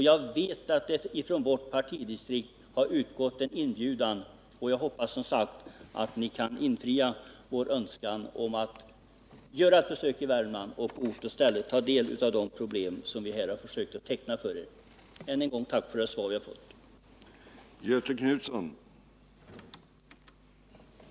Jag vet att det från vårt partidistrikt har utgått en inbjudan till regeringen att besöka länet, och jag hoppas som sagt att ni skall uppfylla vår önskan om att ni skall göra ett besök i Värmland för att på ort och ställe ta del av de problem som vi här har försökt beskriva. Jag ber än en gång att få tacka för det svar jag fått på min interpellation.